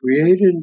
created